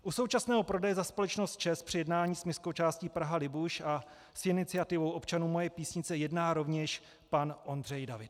U současného prodeje za společnost ČEZ při jednání s městskou částí PrahaLibuš a s iniciativou občanů Moje Písnice jedná rovněž pan Ondřej David.